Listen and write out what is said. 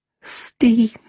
Steam